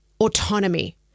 autonomy